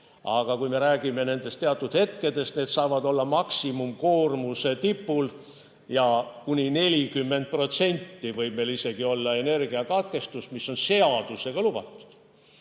Aga kui me räägime nendest teatud hetkedest, siis need saavad olla maksimumkoormuse tipul ja kuni 40% ulatuses võib isegi olla energiakatkestus, mis on seadusega lubatud.